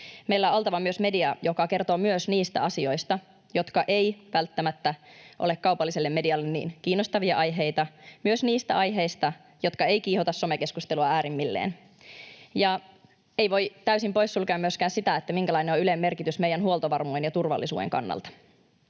Meillä on oltava myös media, joka kertoo myös niistä asioista, jotka eivät välttämättä ole kaupalliselle medialle niin kiinnostavia aiheita, myös niistä aiheista, jotka eivät kiihota somekeskustelua äärimmilleen. Ei voi täysin poissulkea myöskään sitä, minkälainen on Ylen merkitys meidän huoltovarmuuden ja turvallisuuden kannalta.